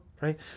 right